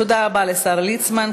תודה רבה לשר ליצמן.